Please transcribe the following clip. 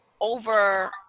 over